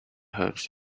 herbs